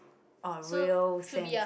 or real sense